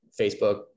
Facebook